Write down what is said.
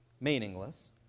meaningless